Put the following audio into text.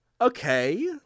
Okay